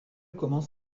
commence